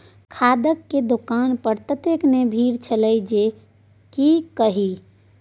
खादक दोकान पर ततेक ने भीड़ छल जे की कही